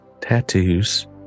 tattoos